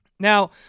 Now